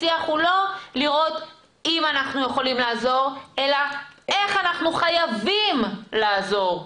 השיח הוא לא לראות האם אנחנו יכולים לעזור אלא איך אנחנו חייבים לעזור.